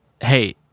Hey